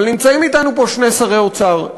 אבל נמצאים אתנו פה שני שרי אוצר,